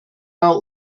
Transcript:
out